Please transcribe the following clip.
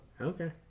Okay